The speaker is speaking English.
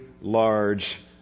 large